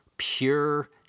pure